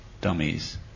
dummies